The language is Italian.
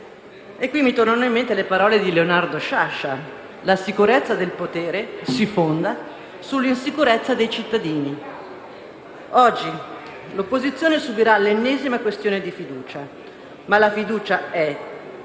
E qui mi tornano in mente le parole di Leonardo Sciascia: «La sicurezza del potere si fonda sull'insicurezza dei cittadini». Oggi l'opposizione subirà l'ennesima questione di fiducia, ma la fiducia o